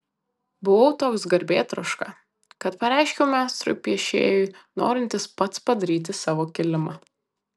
buvau toks garbėtroška kad pareiškiau meistrui piešėjui norintis pats padaryti savo kilimą